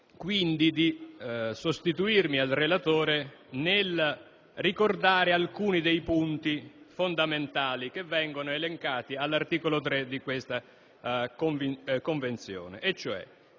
quindi, di sostituirmi al relatore, nel ricordare alcuni dei punti fondamentali che vengono elencati all'articolo 3 di questa Convenzione. Si